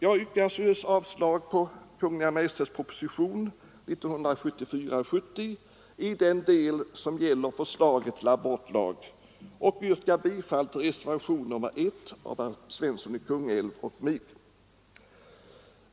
Jag yrkar sålunda avslag på Kungl. Maj:ts proposition nr 70 år 1974 i den del som gäller förslaget till abortlag och bifall till reservationen 1 av herr Svensson i Kungälv och mig.